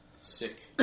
sick